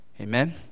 amen